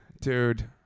Dude